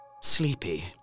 sleepy